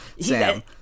Sam